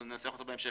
ננסח אותו בהמשך,